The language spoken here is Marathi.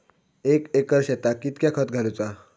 एक एकर शेताक कीतक्या खत घालूचा?